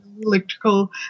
electrical